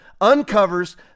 uncovers